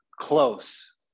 close